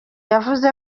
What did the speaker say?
yavuze